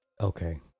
okay